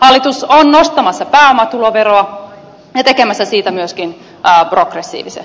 hallitus on nostamassa pääomatuloveroa ja tekemässä siitä myöskin progressiivisen